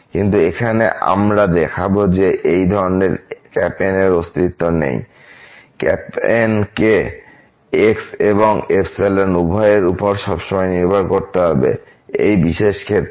কিন্তু এখানে আমরা দেখাবো যে এই ধরনের N এর অস্তিত্ব নেই N কে x এবং উভয়ের উপর সবসময় নির্ভর করতে হবে এই বিশেষ ক্ষেত্রে